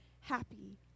happy